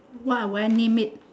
what would I name it